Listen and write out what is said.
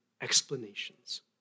explanations